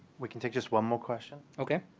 we can take just one more question. ok.